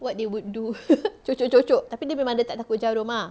what they will do cucuk-cucuk tapi dia memang tak takut jarum ah